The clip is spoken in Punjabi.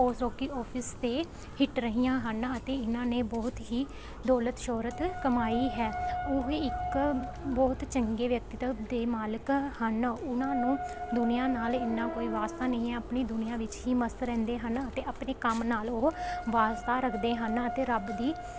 ਆਫਿਸ 'ਤੇ ਹਿਟ ਰਹੀਆਂ ਹਨ ਅਤੇ ਇਨ੍ਹਾਂ ਨੇ ਬਹੁਤ ਹੀ ਦੌਲਤ ਸ਼ੌਹਰਤ ਕਮਾਈ ਹੈ ਉਹ ਇੱਕ ਬਹੁਤ ਚੰਗੇ ਵਿਅਕਤੀਤਵ ਦੇ ਮਾਲਕ ਹਨ ਉਹਨਾਂ ਨੂੰ ਦੁਨੀਆ ਨਾਲ ਇੰਨਾ ਕੋਈ ਵਾਸਤਾ ਨਹੀਂ ਹੈ ਆਪਣੀ ਦੁਨੀਆ ਵਿੱਚ ਹੀ ਮਸਤ ਰਹਿੰਦੇ ਹਨ ਅਤੇ ਆਪਣੇ ਕੰਮ ਨਾਲ ਉਹ ਵਾਸਤਾ ਰੱਖਦੇ ਹਨ ਅਤੇ ਰੱਬ ਦੀ